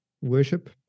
Worship